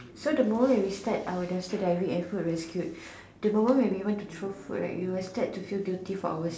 so the moment we start we start our dumpster diving and food rescued the moment when we went to throw food right you will start to feel guilty for our